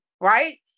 right